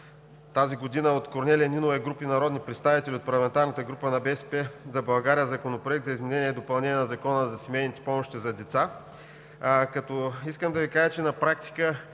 2019 г. от Корнелия Нинова и група народни представители от парламентарната група на „БСП за България“ Законопроект за изменение и допълнение на Закона за семейните помощи за деца. Искам да Ви кажа, че на практика